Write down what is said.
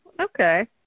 okay